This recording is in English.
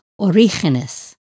Orígenes